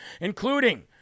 including